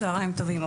צוהריים טובים.